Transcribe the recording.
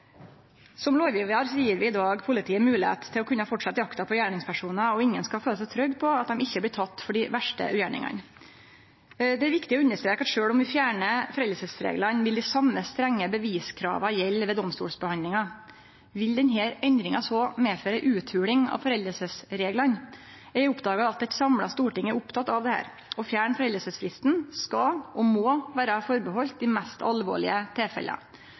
Som lovgjevar gjev vi i dag politiet høve til å kunne halde fram jakta på gjerningspersonar, og ingen skal føle seg trygge på at dei ikkje blir tekne for dei verste ugjerningane. Det er viktig å understreke at sjølv om vi fjernar foreldingsreglane, vil dei same strenge beviskrava gjelde ved domstolsbehandlinga. Vil denne endringa så medføre ei utholing av foreldingsreglane? Eg oppfattar at eit samla storting er oppteke av dette. Å fjerne foreldingsfristen skal – og må – vere avgrensa til dei mest alvorlege tilfella.